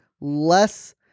less